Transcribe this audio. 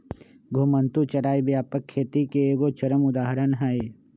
घुमंतू चराई व्यापक खेती के एगो चरम उदाहरण हइ